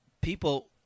people